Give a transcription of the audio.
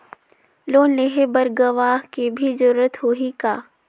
Loan लेहे बर गवाह के भी जरूरत होही का?